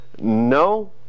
no